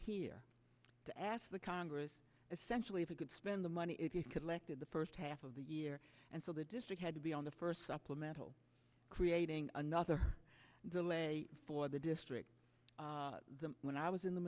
here to ask the congress essentially if we could spend the money if you collected the first half of the year and so the district had to be on the first supplemental creating another delay for the district of them when i was in the